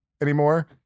anymore